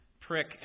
prick